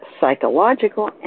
psychological